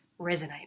resonate